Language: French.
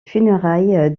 funérailles